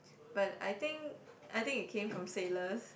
but I think I think it came from sailors